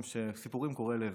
סיפורים קורעי לב,